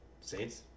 Saints